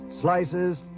slices